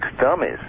dummies